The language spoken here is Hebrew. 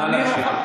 נא להמשיך.